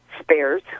spares